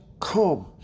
come